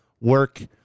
work